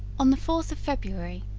on the fourth of february,